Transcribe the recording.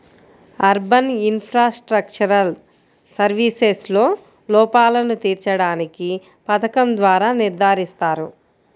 urban infrastructural సర్వీసెస్లో లోపాలను తీర్చడానికి పథకం ద్వారా నిర్ధారిస్తారు